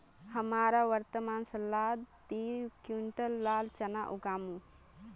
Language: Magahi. हमरा वर्तमान सालत दी क्विंटल लाल चना उगामु